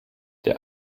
der